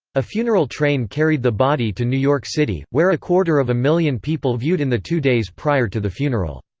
a funeral train carried the body to new york city, where a quarter of a million people viewed in the two days prior to the funeral.